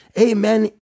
Amen